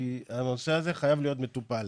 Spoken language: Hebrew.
כי הנושא הזה חייב להיות מטופל.